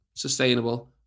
sustainable